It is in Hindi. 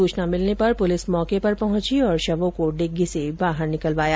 सूचना मिलने पर पुलिस मौके पर पहुंची और शवों को डिग्गी से बाहर निकलवाया